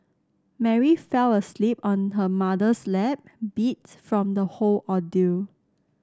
Mary fell asleep on her mother's lap beat from the whole ordeal